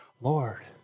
Lord